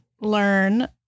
learn